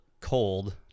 cold